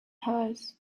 hers